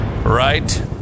Right